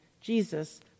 Jesus